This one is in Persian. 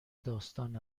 داستان